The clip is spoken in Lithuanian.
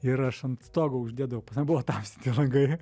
ir aš ant stogo uždėdava pas mane buvo tamsinti langai